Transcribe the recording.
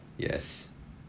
yes